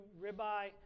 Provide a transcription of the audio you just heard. ribeye